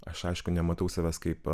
aš aišku nematau savęs kaip